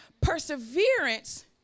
perseverance